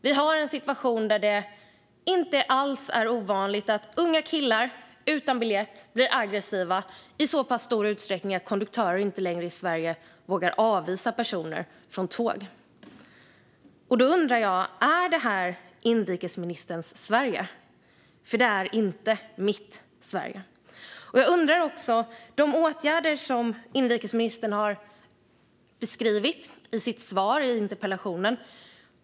Vi har en situation i Sverige där det inte alls är ovanligt att unga killar utan biljett blir aggressiva i så pass stor utsträckning att konduktörer inte längre vågar avvisa dem från tåg. Då undrar jag: Är det här inrikesministerns Sverige? Det är inte mitt Sverige. Jag undrar också över de åtgärder som inrikesministern beskrev i sitt svar på interpellationen.